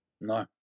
no